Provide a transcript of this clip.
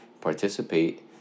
participate